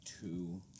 two